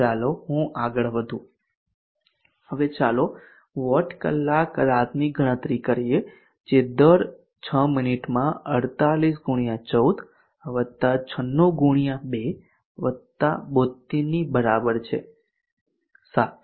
ચાલો હું આગળ વધું હવે ચાલો વોટ કલાક રાતની ગણતરી કરીએ જે દર 6 મિનિટમાં 48 x 14 96 x 2 72 ની બરાબર છે 7